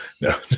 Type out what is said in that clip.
no